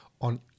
on